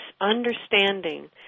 understanding